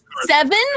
Seven